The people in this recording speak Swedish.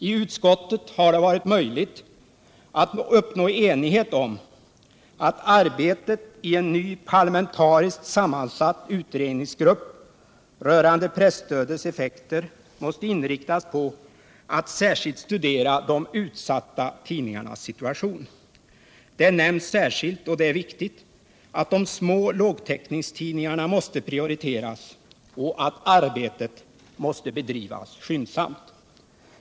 I utskottet har det varit möjligt att uppnå enighet om att arbetet i en ny parlamentariskt sammansatt utredningsgrupp rörande presstödets effekter måste inriktas på att särskilt studera de utsatta tidningarnas situation. Det nämns särskilt — och det är viktigt — att de små lågtäckningstidningarna måste prioriteras och att arbetet måste bedrivas skyndsamt.